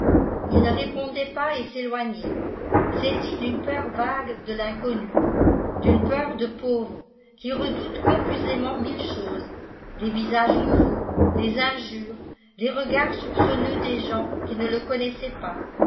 ii ne répondait pas et s'éloignait saisi d'une peur vague de l'inconnu d'une peur de pauvre qui redoute confusément mille choses les visages nouveaux les injures les regards soupçonneux des gens qui ne le connaissaient pas